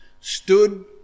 stood